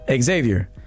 xavier